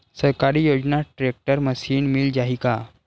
सरकारी योजना tractor machine मिल जाही का?